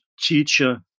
teacher